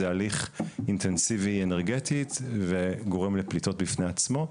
זה הליך אינטנסיבי אנרגטית וגורם לפליטות בפני עצמו,